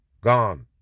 Gone